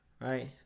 right